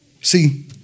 See